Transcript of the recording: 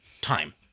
time